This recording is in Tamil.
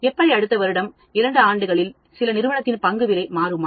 எப்படிஅடுத்த ஒரு வருடம் இரண்டு ஆண்டுகளில் சில நிறுவனத்தின் பங்கு விலை மாறுமா